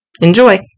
Enjoy